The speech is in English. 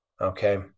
Okay